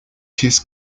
his